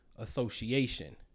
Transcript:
Association